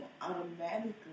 automatically